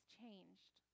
changed